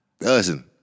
Listen